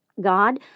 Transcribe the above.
God